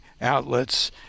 outlets